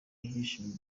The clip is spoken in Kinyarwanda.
ibyishimo